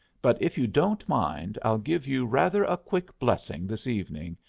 but if you don't mind, i'll give you rather a quick blessing this evening.